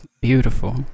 Beautiful